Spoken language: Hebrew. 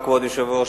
כבוד היושב-ראש,